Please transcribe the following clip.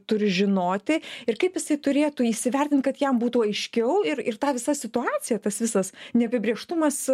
turi žinoti ir kaip jisai turėtų įsivertint kad jam būtų aiškiau ir ir ta visa situacija tas visas neapibrėžtumas